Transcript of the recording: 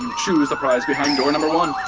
and choose the prize behind door number one,